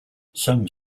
some